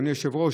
אדוני היושב-ראש,